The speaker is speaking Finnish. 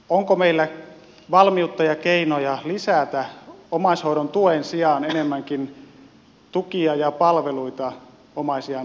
onko meillä valmiutta ja keinoja lisätä omaishoidon tuen sijaan enemmänkin tukia ja palveluita omaisiaan hoitaville